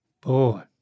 boy